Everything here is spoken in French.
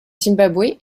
zimbabwe